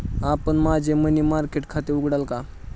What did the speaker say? आपण माझे money market खाते उघडाल का?